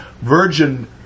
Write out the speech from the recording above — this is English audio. Virgin